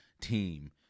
team